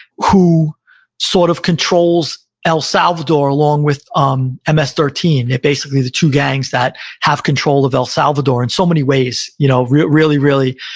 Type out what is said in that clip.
who sort of controls el salvador along with um ms thirteen. they're basically the two gangs that have control of el salvador in so many ways. you know really, really,